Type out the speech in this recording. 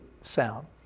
sound